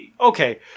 okay